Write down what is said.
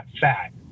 fat